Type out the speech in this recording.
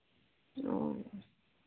ओ